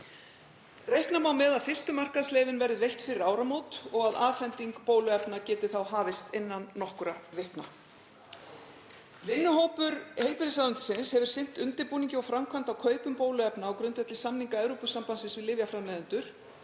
Reikna má með að fyrstu markaðsleyfin verði veitt fyrir áramót og að afhending bóluefna geti þá hafist innan nokkurra vikna. Vinnuhópur heilbrigðisráðuneytisins hefur sinnt undirbúningi og framkvæmd á kaupum bóluefna á grundvelli samninga Evrópusambandsins við lyfjaframleiðendur.